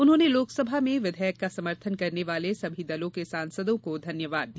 उन्होंने लोकसभा में विधेयक का समर्थन करने वाले सभी दलों के सांसदों को धन्यवाद दिया